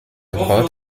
grotte